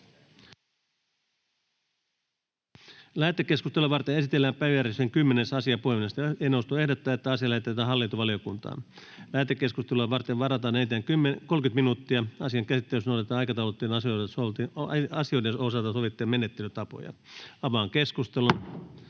Lähetekeskustelua varten esitellään päiväjärjestyksen 9. asia. Puhemiesneuvosto ehdottaa, että asia lähetetään tarkastusvaliokuntaan. Lähetekeskusteluun varataan enintään 30 minuuttia. Asian käsittelyssä noudatetaan aikataulutettujen asioiden osalta sovittuja menettelytapoja. Avaan keskustelun.